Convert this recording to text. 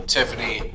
Tiffany